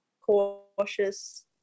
cautious